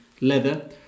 leather